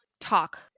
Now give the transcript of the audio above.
talk